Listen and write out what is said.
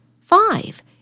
Five